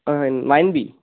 হয় nine B